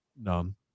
None